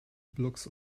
blocks